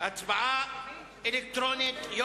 הצבעה אלקטרונית בבקשה.